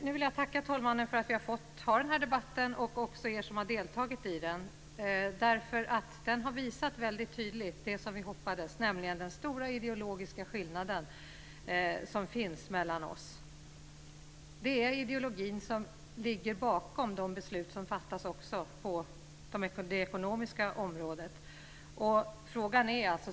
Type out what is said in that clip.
Jag vill nu tacka talmannen för att vi har fått ha debatten och också er som har deltagit i den. Den har visat väldigt tydligt det som vi hoppades, nämligen den stora ideologiska skillnad som finns mellan oss. Det är också ideologin som ligger bakom de beslut som fattas på det ekonomiska området.